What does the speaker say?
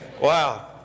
Wow